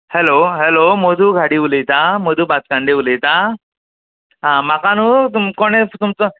hello hello मोदू घाडी उलयतां मदू उलयतां आ म्हाका न्हू तुमक कोणें तुमचो